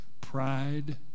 Pride